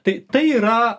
tai tai yra